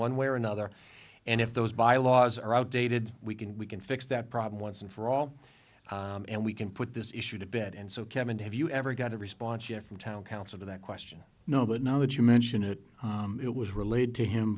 one way or another and if those bylaws are outdated we can we can fix that problem once and for all and we can put this issue to bed and so kevin have you ever got a response yet from town council to that question no but now that you mention it it was relayed to him